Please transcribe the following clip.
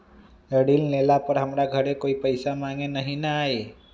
ऋण लेला पर हमरा घरे कोई पैसा मांगे नहीं न आई?